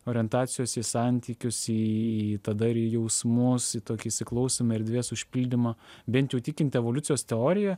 orientacijos į santykius į į tada ir į jausmus į tokį įsiklausymą erdvės užpildymą bent jau tikint evoliucijos teorija